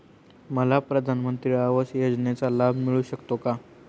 मला प्रधानमंत्री आवास योजनेचा लाभ मिळू शकतो का?